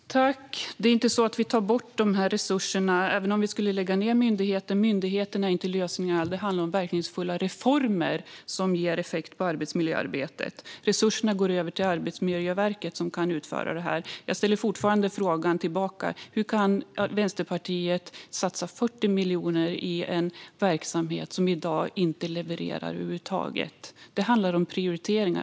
Fru talman! Det är inte så att vi tar bort de här resurserna, även om vi skulle lägga ned myndigheten. Myndigheten är inte lösningen. Det handlar om verkningsfulla reformer som ger effekt på arbetsmiljöarbetet. Resurserna går över till Arbetsmiljöverket, som kan utföra detta. Jag ställer fortfarande frågan tillbaka: Hur kan Vänsterpartiet satsa 40 miljoner på en verksamhet som i dag inte levererar över huvud taget? Det handlar om prioriteringar.